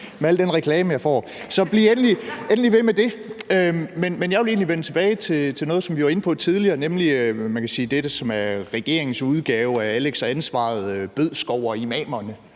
med al den reklame, jeg får! Så bliv endelig ved med det. Men jeg vil egentlig vende tilbage til noget, som vi var inde på tidligere, nemlig dette, som er regeringens udgave af »Alex og Ansvaret«: Morten Bødskov og imamerne,